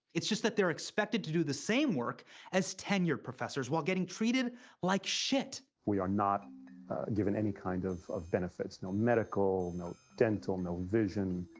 it's just that they're expected to do the same work as tenured professors, while getting treated like shit. we are not given any kind of of benefits. no medical, no dental, no vision,